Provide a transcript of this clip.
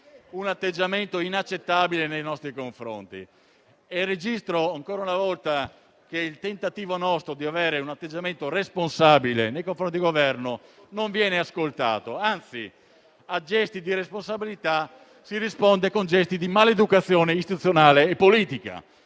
un atteggiamento inaccettabile nei nostri confronti. Registro ancora una volta che il nostro tentativo di avere un atteggiamento responsabile nei confronti del Governo non viene ascoltato. Anzi, a gesti di responsabilità si risponde con gesti di maleducazione istituzionale e politica.